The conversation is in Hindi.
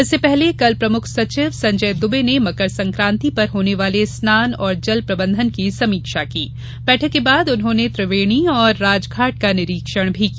इससे पहले कल प्रमुख सचिव संजय दुबे ने मकर संक्रान्ति पर होने वाले रनान और जल प्रबंधन की समीक्षा की बैठक के बाद उन्होंने त्रिवेणी और रामघाट का निरीक्षण भी किया